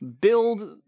build